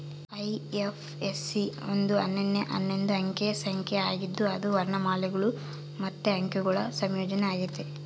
IFSC ಒಂದು ಅನನ್ಯ ಹನ್ನೊಂದು ಅಂಕೆ ಸಂಖ್ಯೆ ಆಗಿದ್ದು ಅದು ವರ್ಣಮಾಲೆಗುಳು ಮತ್ತೆ ಅಂಕೆಗುಳ ಸಂಯೋಜನೆ ಆಗೆತೆ